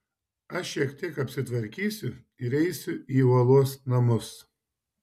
aš šiek tiek apsitvarkysiu ir eisiu į uolos namus